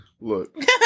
Look